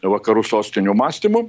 vakarų sostinių mąstymu